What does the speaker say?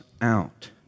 out